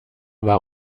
war